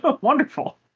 wonderful